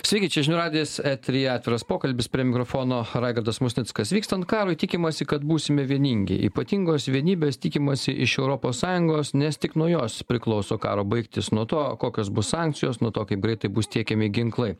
sveiki čia žinių radijas eteryje atviras pokalbis prie mikrofono raigardas musnickas vykstant karui tikimasi kad būsime vieningi ypatingos vienybės tikimasi iš europos sąjungos nes tik nuo jos priklauso karo baigtis nuo to kokios bus sankcijos nuo to kaip greitai bus tiekiami ginklai